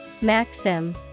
Maxim